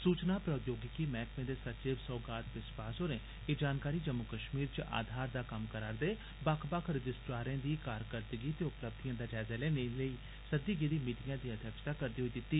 सूचना प्रोद्योगामी मैहकमें दे सचिव सौगात बिस्वास होरें एह् जानकारी जम्मू कश्मीर च अधार दा कम्म करा'रदे बक्ख बक्ख रजिस्ट्रारें दी कारकरदगी ते उपलब्धिएं दा जायजा लैनेलेई सद्दी गेदी इक मीटिंगै दी अध्यक्षता करदे होई दित्ती